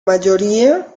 mayoría